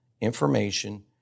information